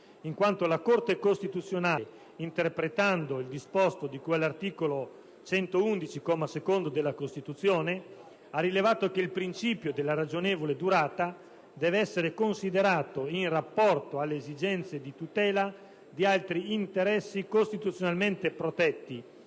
in quanto la Corte costituzionale, interpretando il disposto di cui all'articolo 111, comma secondo, della Costituzione, ha rilevato che il principio della ragionevole durata deve essere considerato in rapporto alle esigenze di tutela di altri interessi costituzionalmente protetti